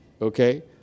Okay